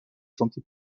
santé